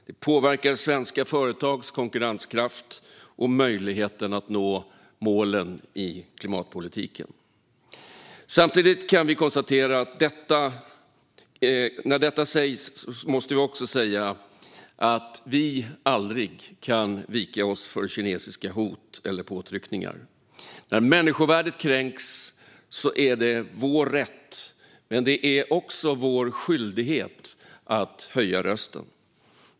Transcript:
Det påverkar svenska företags konkurrenskraft och möjligheten att nå målen i klimatpolitiken. Samtidigt som vi konstaterar detta måste det sägas att vi aldrig kan vika oss för kinesiska hot eller påtryckningar. När människovärdet kränks är det vår rätt, men också vår skyldighet, att höja rösten.